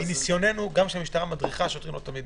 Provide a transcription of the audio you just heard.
מניסיוננו, גם כשהמשטרה מדריכה, השוטרים לא תמיד